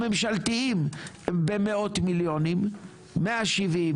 הממשלתיים במאות מיליונים: 170,